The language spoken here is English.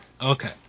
Okay